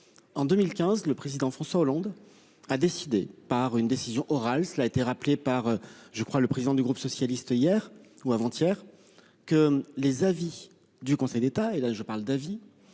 En 2015, le président François Hollande a décidé par une décision orale, cela a été rappelé par je crois. Le président du groupe socialiste hier ou avant-hier que les avis du Conseil d'État et là je parle d'avis